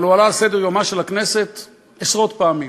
אבל הוא עלה על סדר-יומה של הכנסת עשרות פעמים,